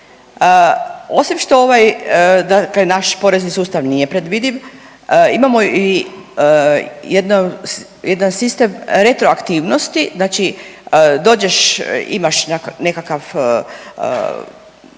dakle naš porezni sustav nije predvidiv imamo i jedno, jedan sistem retroaktivnosti znači dođeš, imaš nekakav